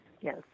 Yes